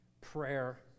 Prayer